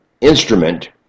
instrument